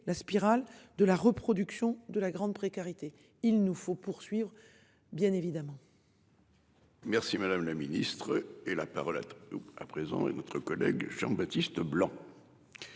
la spirale de la reproduction de la grande précarité. Il nous faut poursuivre bien évidemment. Merci madame la ministre et la parole est à présent et notre collègue Jean-Baptiste blanc.